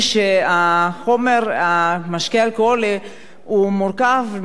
שהמשקה האלכוהולי מורכב מכוהל אתילי,